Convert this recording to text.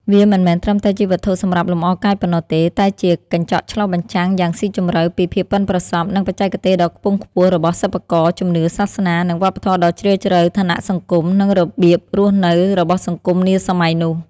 វាមិនមែនត្រឹមតែជាវត្ថុសម្រាប់លម្អកាយប៉ុណ្ណោះទេ តែជាកញ្ចក់ឆ្លុះបញ្ចាំងយ៉ាងស៊ីជម្រៅពី ភាពប៉ិនប្រសប់ និងបច្ចេកទេសដ៏ខ្ពង់ខ្ពស់របស់សិប្បករ ជំនឿ សាសនា និងវប្បធម៌ដ៏ជ្រាលជ្រៅ ឋានៈសង្គម និងរបៀបរស់នៅរបស់សង្គមនាសម័យនោះ។